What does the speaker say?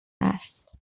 است